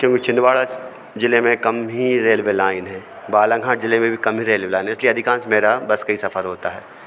क्योंकि छिंदवाड़ा जिले में कम ही रेल्वे लाइन है बालाघाट जिले में भी कम ही रेल्वे लाइन है इसलिए अधिकांश मेरा बस का ही सफर होता है